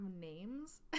names